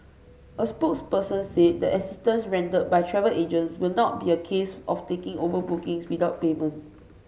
a spokesperson said the assistance rendered by travel agents will not be a case of taking over bookings without payment